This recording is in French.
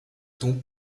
ton